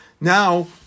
Now